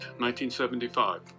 1975